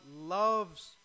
loves